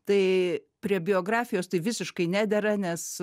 tai prie biografijos tai visiškai nedera nes